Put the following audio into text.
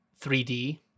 3D